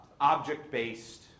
object-based